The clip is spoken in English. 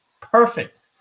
Perfect